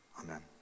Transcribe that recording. Amen